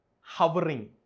hovering